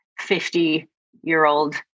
50-year-old